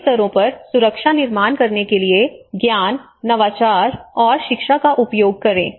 सभी स्तरों पर सुरक्षा निर्माण करने के लिए ज्ञान नवाचार और शिक्षा का उपयोग करें